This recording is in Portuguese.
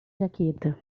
jaqueta